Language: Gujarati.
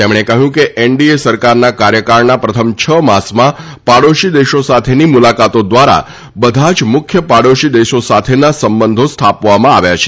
તેમણે કહ્યું કે એનડીએ સરકારના કાર્યકાળના પ્રથમ છ માસમાં પાડોશી દેશો સાથેની મુલાકાતો દ્વારા બધા જ મુખ્ય પાડોશી દેશો સાથે સંબંધો સ્થાપવામાં આવ્યા છે